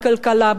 בכלכלה,